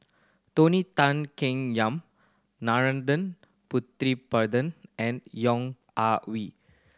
Tony Tan Keng Yam Putumaippittan and Yong Ah